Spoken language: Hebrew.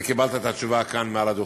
וקיבלת את התשובה כאן מעל הדוכן.